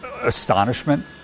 astonishment